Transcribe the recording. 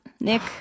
Nick